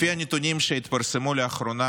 לפי הנתונים שהתפרסמו לאחרונה,